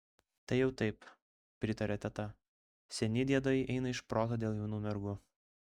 tai jau taip pritarė teta seni diedai eina iš proto dėl jaunų mergų